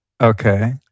Okay